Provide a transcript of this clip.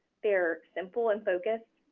they are simple in focus,